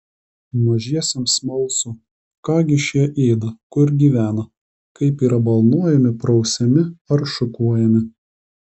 mažiesiems smalsu ką gi šie ėda kur gyvena kaip yra balnojami prausiami ar šukuojami